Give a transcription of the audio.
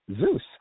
Zeus